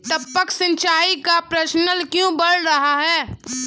टपक सिंचाई का प्रचलन क्यों बढ़ रहा है?